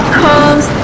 comes